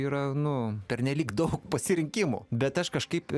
yra nu pernelyg daug pasirinkimų bet aš kažkaip